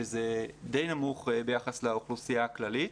שזה די נמוך ביחס לאוכלוסייה הכללית,